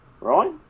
Right